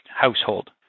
household